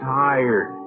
tired